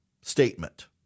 statement